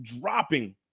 dropping